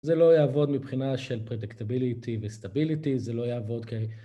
זה לא יעבוד מבחינה של predictability ו-stability, זה לא יעבוד כאילו...